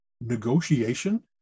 negotiation